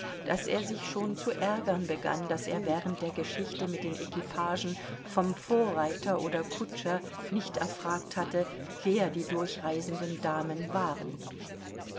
daß er sich schon zu ärgern begann daß er während der geschichte mit den equipagen vom vorreiter oder kutscher nicht erfragt hatte wer die durchreisenden damen waren